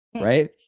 Right